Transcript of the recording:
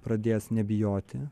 pradės nebijoti